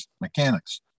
mechanics